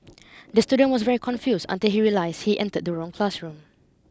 the student was very confused until he realised he entered the wrong classroom